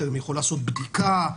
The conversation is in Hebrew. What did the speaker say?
אתה יכול לעשות בדיקה,